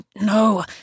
no